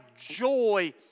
joy